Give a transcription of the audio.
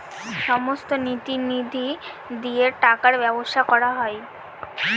সমস্ত নীতি নিধি দিয়ে টাকার ব্যবসা করা হয়